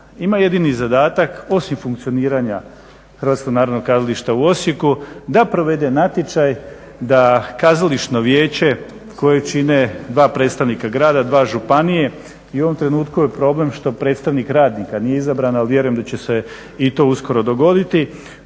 ima jedini zadatak osim funkcioniranja HNK-a u Osijeku da provede natječaj, da kazališno vijeće koje čine dva predstavnika grada, dva županije i u ovom trenutku je problem što predstavnik radnika nije izabran ali vjerujem da će se to isto ubrzo dogoditi